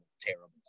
terrible